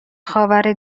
خاور